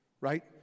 right